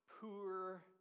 poor